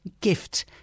gift